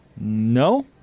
no